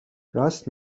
راست